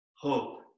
hope